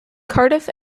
cardiff